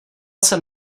jsem